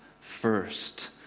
first